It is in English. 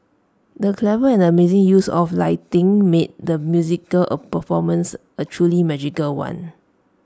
the clever and amazing use of lighting made the musical performance A truly magical one